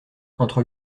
entre